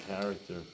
character